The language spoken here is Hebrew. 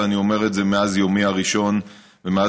ואני אומר את זה מאז יומי הראשון ומאז